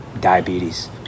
diabetes